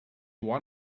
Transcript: won